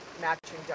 matching